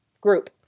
group